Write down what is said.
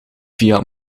via